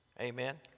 Amen